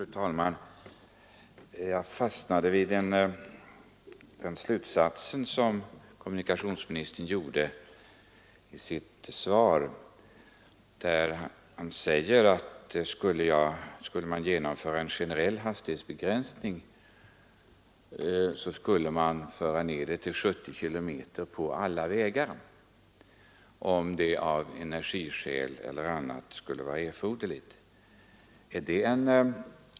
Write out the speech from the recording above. Fru talman! Jag fastnade vid den slutsats som kommunikationsministern drog i sitt svar. Han sade: Om man i vårt land skulle genomföra en generell ytterligare hastighetsbegränsning skulle man föra ned hastigheten till 70 km/tim. för alla vägar, om nu detta skulle vara erforderligt för att spara energi eller av andra skäl.